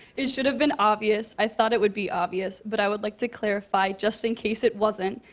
it should've been obvious. i thought it would be obvious. but, i would like to clarify, just in case it wasn't.